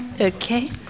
Okay